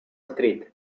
street